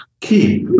keep